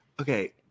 okay